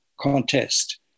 contest